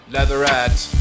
Leatherette